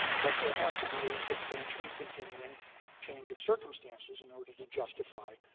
but there has to be a substantial and continuing change of circumstances in order to justify